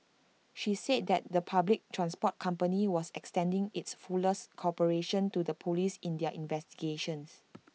she said that the public transport company was extending its fullest cooperation to the Police in their investigations